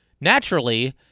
naturally